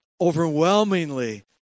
overwhelmingly